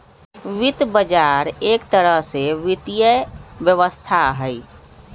वित्त बजार एक तरह से वित्तीय व्यवस्था हई